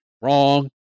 Wrong